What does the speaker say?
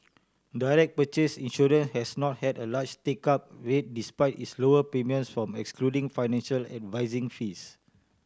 direct purchase insurance has not had a large take up rate despite its lower premiums from excluding financial advising fees